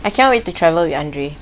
I can't wait to travel with andre